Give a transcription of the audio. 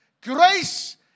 grace